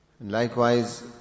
Likewise